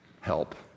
help